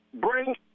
bring